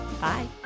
Bye